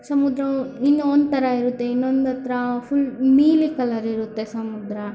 ಸಮುದ್ರ ಇಲ್ಲಿ ಒಂಥರ ಇರುತ್ತೆ ಇನ್ನೊಂದತ್ರ ಫುಲ್ ನೀಲಿ ಕಲರ್ ಇರುತ್ತೆ ಸಮುದ್ರ